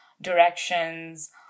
directions